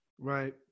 right